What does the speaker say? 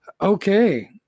Okay